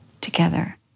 together